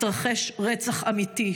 התרחש רצח אמיתי,